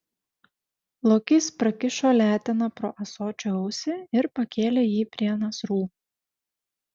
lokys prakišo leteną pro ąsočio ausį ir pakėlė jį prie nasrų